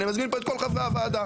אני מזמין את כול חברי הוועדה,